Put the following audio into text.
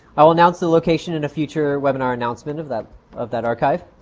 i will announce the location in a future webinar announcement of that of that archive.